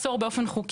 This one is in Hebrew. כמו שהשרה אמרה,